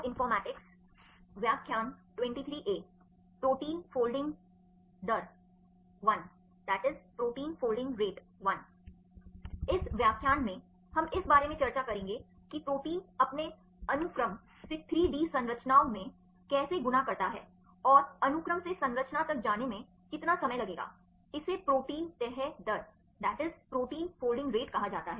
इस व्याख्यान में हम इस बारे में चर्चा करेंगे कि प्रोटीन अपने अनुक्रम से 3 डी संरचनाओं में कैसे गुना करता है और अनुक्रम से संरचना तक जाने में कितना समय लगेगा इसे प्रोटीन तह दर कहा जाता है